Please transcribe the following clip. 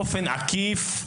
באופן עקיף,